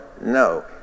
no